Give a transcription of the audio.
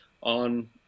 on